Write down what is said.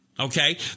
Okay